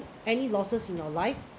any losses in your life